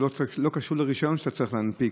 זה לא קשור לרישיון שאתה צריך להנפיק.